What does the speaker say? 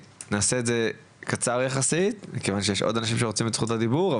נעשה את זה קצר יחסית מכיוון שיש עוד אנשים שרוצים את זכות הדיבור.